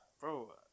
Bro